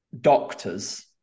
doctors